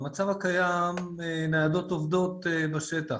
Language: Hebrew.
המצב הקיים ניידות עובדות בשטח.